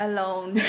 Alone